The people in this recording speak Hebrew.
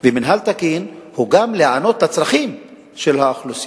ומינהל תקין היא גם לענות על צרכים של האוכלוסייה.